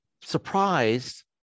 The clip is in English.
surprised